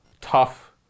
tough